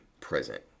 present